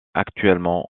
actuellement